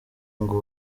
ngo